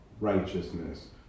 righteousness